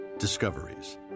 Discoveries